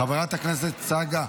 חברת הכנסת צגה.